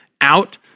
out